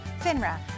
FINRA